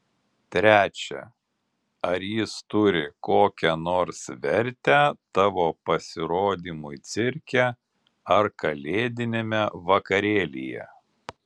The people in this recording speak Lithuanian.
trečia ar jis turi kokią nors vertę tavo pasirodymui cirke ar kalėdiniame vakarėlyje